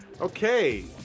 Okay